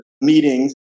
meetings